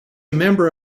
member